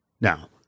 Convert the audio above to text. now